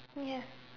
ya